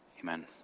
amen